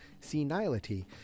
senility